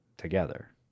together